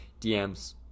DMs